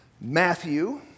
Matthew